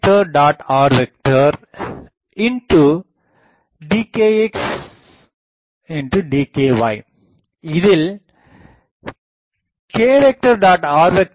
rdkxdky இதில் k